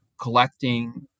collecting